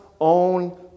own